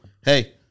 Hey